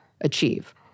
achieve